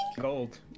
Gold